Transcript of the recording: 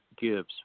gives